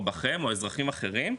או בכם, או אזרחים אחרים,